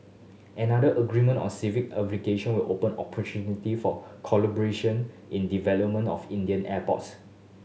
another agreement on civil aviation will open opportunity for collaboration in development of Indian airports